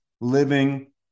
living